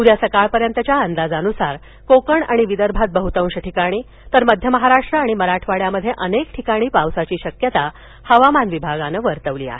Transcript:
उद्या सकाळपर्यंतच्या अंदाजानुसार कोकण आणि विदर्भात बहुतांश ठिकाणी तर मध्य महाराष्ट्र आणि मराठवाड्यात अनेक ठिकाणी पावसाची शक्यता हवामान विभागान वर्तवली आहे